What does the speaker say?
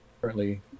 currently